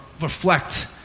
reflect